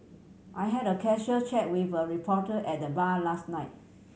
I had a casual chat with a reporter at the bar last night